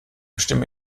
stimme